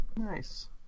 Nice